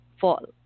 fall